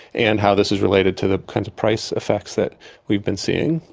and how this is related to the kinds of price effects that we've been seeing.